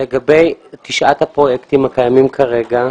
לגבי תשעת הפרויקטים הקיימים כרגע,